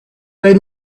they